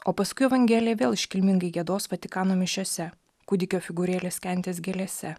o paskui evangelija vėl iškilmingai giedos vatikano mišiose kūdikio figūrėlė skendės gėlėse